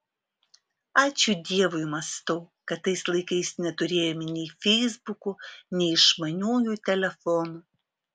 ačiū dievui mąstau kad tais laikais neturėjome nei feisbukų nei išmaniųjų telefonų